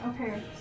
Okay